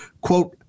quote